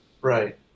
right